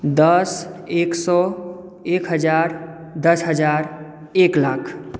दस एक सए एक हजार दस हजार एक लाख